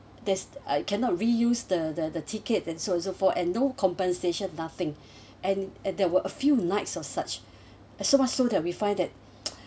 there's uh cannot reuse the the tickets and so and so for and no compensation nothing and and there were a few nights of such and so much so that we find that